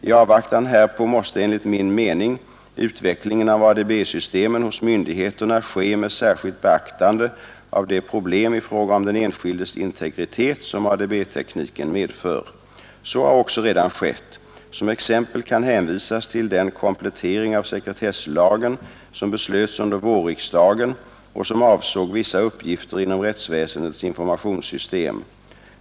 I avvaktan härpå måste enligt min mening utvecklingen av ADB-systemen hos myndigheterna ske med särskilt beaktande av de problem i fråga om den enskildes integritet som ADB-tekniken medför. Så har också redan skett. Som exempel kan hänvisas till den komplettering av sekretesslagen, som beslöts under vårriksdagen och som avsåg vissa uppgifter inom rättsväsendets informationssystem.